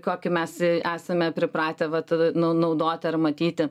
kokį mes esame pripratę vat nau naudoti ar matyti